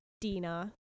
Dina